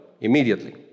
immediately